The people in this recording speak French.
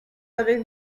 avec